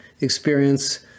experience